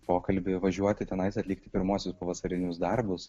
pokalbį važiuoti tenai atlikti pirmuosius pavasarinius darbus